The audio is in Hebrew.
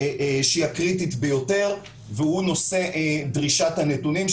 שהיא הקריטית ביותר והיא נושא דרישת הנתונים.